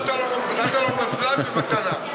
עוד נתת לו מזל"ט במתנה.